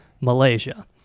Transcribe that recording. Malaysia